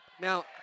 Now